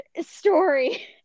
story